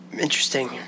Interesting